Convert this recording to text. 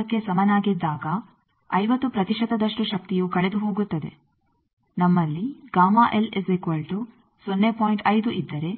5ಕ್ಕೆ ಸಮಾನಾಗಿದ್ದಾಗ 50 ಪ್ರತಿಶತದಷ್ಟು ಶಕ್ತಿಯು ಕಳೆದುಹೋಗುತ್ತದೆ ನಮ್ಮಲ್ಲಿ ಇದ್ದರೆ